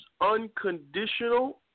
unconditional